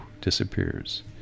disappears